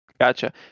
Gotcha